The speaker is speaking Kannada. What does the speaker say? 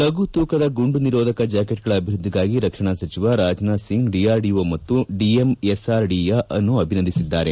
ಲಘು ತೂಕದ ಗುಂಡು ನಿರೋಧಕ ಜಾಕೆಟ್ಗಳ ಅಭಿವ್ಯದ್ದಿಗಾಗಿ ರಕ್ಷಣಾ ಸಚಿವ ರಾಜನಾಥ್ ಸಿಂಗ್ ಡಿಆರ್ಡಿಓ ಮತ್ತು ಡಿಎಂಎಸ್ಆರ್ಡಿಇ ಅಭಿನಂದಿಸಿದ್ದಾರೆ